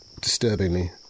Disturbingly